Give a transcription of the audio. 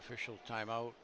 official timeout